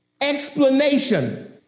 explanation